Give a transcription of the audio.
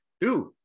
dude